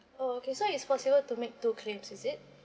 oh okay so it's possible to make two claims is it